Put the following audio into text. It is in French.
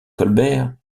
colbert